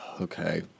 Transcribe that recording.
Okay